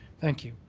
thank you.